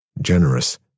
generous